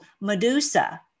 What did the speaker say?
Medusa